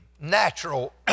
natural